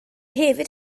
hefyd